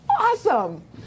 awesome